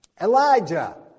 Elijah